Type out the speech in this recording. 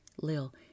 Lil